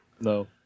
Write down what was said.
No